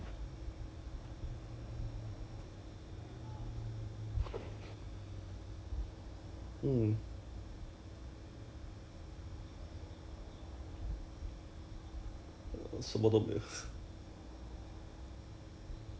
that's why I was saying !aiya! 那时 like 不值得 leh if if even even if it's seven days ah tour there seven days come back seven days if I let's say I go for a Taipei five five nights travel lah then 我要用我要用 nineteen days of my leave to go sia